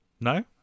No